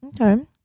Okay